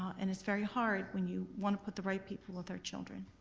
and it's very hard when you wanna put the right people with their children.